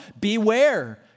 Beware